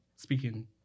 speaking